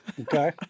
okay